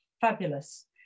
fabulous